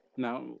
Now